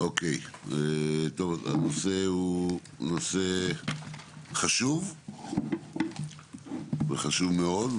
הנושא הוא נושא חשוב וחשוב מאוד,